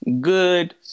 good